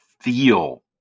feel